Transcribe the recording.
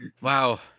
Wow